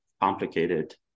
complicated